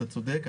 אתה צודק,